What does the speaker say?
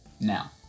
now